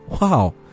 Wow